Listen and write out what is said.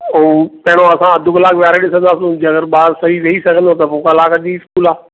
ऐं पहिरियों असां अधि कलाकु वेहारे ॾिसंदासि अगरि ॿारु सही वेही सघंदो त ॿी कलाकु जी स्कूल आहे